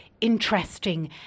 interesting